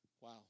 wow